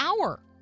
hour